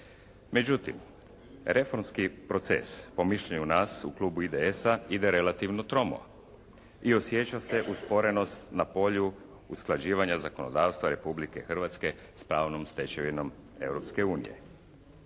Međutim, reformski proces po mišljenju nas u klubu IDS-a ide relativno tromo i osjeća se usporenost na polju usklađivanja zakonodavstva Republike Hrvatske sa pravnom stečevinom